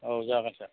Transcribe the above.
औ जागोन सार